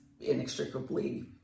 inextricably